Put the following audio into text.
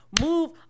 move